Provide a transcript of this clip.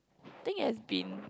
I think iit has been